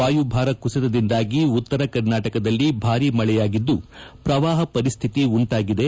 ವಾಯುಭಾರ ಕುಸಿತದಿಂದಾಗಿ ಉತ್ತರ ಕರ್ನಾಟಕದಲ್ಲಿ ಭಾರಿ ಮಳೆಯಾಗಿದ್ದು ಪ್ರವಾಹ ಪರಿಸ್ತಿತಿ ಉಂಟಾಗಿದೆ